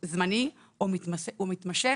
זמני או מתמשך